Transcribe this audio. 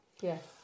Yes